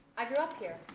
i grew up here.